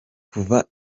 kuva